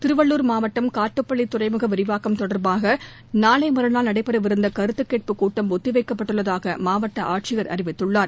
திருவள்ளூர் மாவட்டம் காட்டுப்பள்ளி துறைமுக விரிவாக்கம் தொடர்பாக நாளை மற்றாள் நடைபெறவிருந்த கருத்துக்கேட்பு கூட்டம் ஒத்திவைக்கப்பட்டுள்ளதாக மாவட்ட ஆட்சியர் அறிவித்துள்ளார்